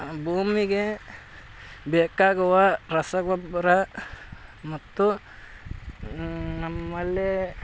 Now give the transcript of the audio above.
ಭೂಮಿಗೆ ಬೇಕಾಗುವ ರಸಗೊಬ್ಬರ ಮತ್ತು ನಮ್ಮಲ್ಲೇ